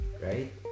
Right